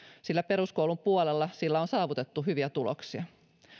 sillä peruskoulun puolella sillä on saavutettu hyviä tuloksia